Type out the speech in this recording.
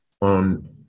on